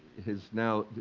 is now,